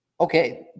okay